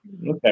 Okay